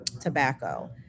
tobacco